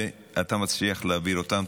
ואתה מצליח להעביר אותם.